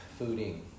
fooding